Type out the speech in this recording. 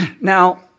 Now